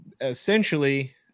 Essentially